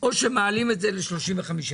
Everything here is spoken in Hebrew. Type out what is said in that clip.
אלף או שמעלים את זה ל-35 אחוזים